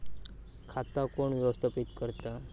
खाता कोण व्यवस्थापित करता?